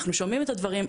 אנחנו שומעים את הדברים.